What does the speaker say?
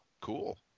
Cool